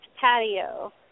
patio